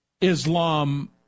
Islam